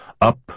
up